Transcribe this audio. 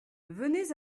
venez